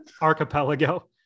Archipelago